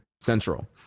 Central